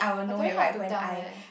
I very hard to tell leh